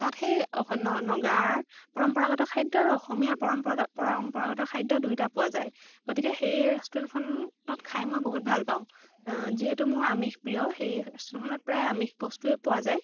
তাত সেই নগাৰ পৰম্পৰাগত খাদ্য আৰু অসমীয়া পৰম্পৰা পৰম্পৰাগত খাদ্য দুয়োটা পোৱা যায় গতিকে সেই ৰেষ্টুৰেন্টখনত খাই মই বহুত ভাল পাওঁ যিহেতু মোৰ আমিষ প্ৰিয় সেই ৰেষ্টুৰেন্টখনত প্ৰায় আমিষ বস্তুৱেই পোৱা যায়